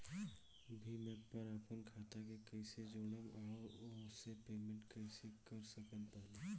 Bhim app पर आपन खाता के कईसे जोड़म आउर ओसे पेमेंट कईसे कर सकत बानी?